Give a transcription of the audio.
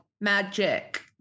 Magic